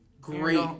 Great